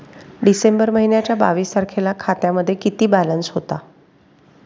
डिसेंबर महिन्याच्या बावीस तारखेला खात्यामध्ये किती बॅलन्स होता?